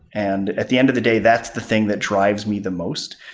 and at the end of the day, that's the thing that drives me the most.